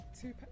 Two